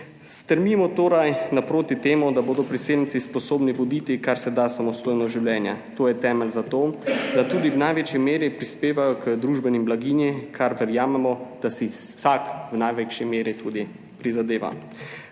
Stremimo torej k temu, da bodo priseljenci sposobni voditi kar se da samostojno življenje. To je temelj za to, da tudi v največji meri prispevajo k družbeni blaginji, za kar verjamemo, da si vsak v največji meri tudi prizadeva.